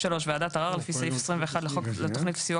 (3)ועדת ערר לפי סעיף 21 לחוק התכנית לסיוע